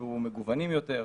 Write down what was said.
יהיו מגוונים יותר.